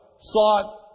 sought